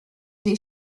des